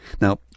Now